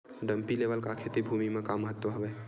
Dumpy level का खेती भुमि म का महत्व हावे?